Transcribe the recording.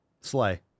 Slay